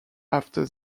after